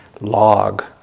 log